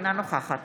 אינה נוכחת